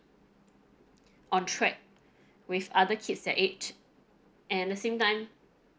on track with other kids their age and the same time